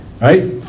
Right